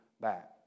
back